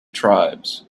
tribes